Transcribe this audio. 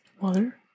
Water